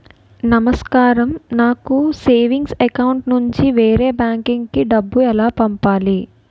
నమస్కారం నాకు savings account నుంచి వేరే బ్యాంక్ కి డబ్బు ఎలా పంపాలి?